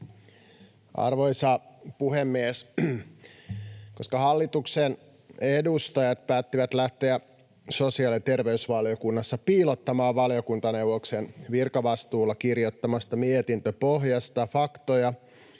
Arvoisa puhemies! Koska hallituksen edustajat päättivät lähteä sosiaali- ja terveysvaliokunnassa piilottamaan valiokuntaneuvoksen virkavastuulla kirjoittamasta mietintöpohjasta faktoja,